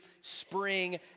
spring